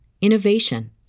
innovation